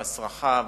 פס רחב,